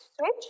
switch